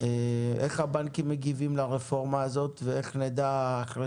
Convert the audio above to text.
איך הבנקים מגיבים לרפורמה הזאת ואיך נדע אחרי